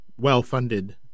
well-funded